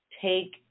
take